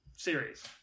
Series